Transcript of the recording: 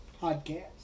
podcast